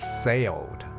sailed